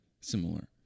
similar